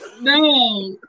No